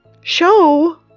Show